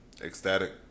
Ecstatic